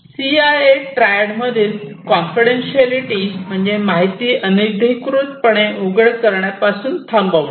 CIA ट्रायडमधील confidentiality म्हणजे माहिती अनधिकृत पणे उघड करण्यापासून थांबवणे